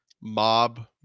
Mob